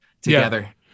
together